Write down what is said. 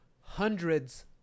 hundreds